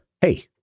Hey